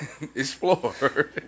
explore